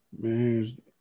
man